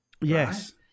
Yes